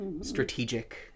strategic